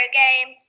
game